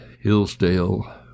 Hillsdale